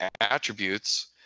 attributes